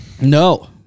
no